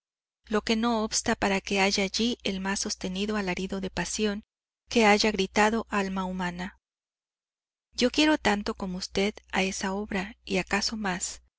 lo que no obsta para que haya allí el más sostenido alarido de pasión que haya gritado alma humana yo quiero tanto como usted a esa obra y acaso más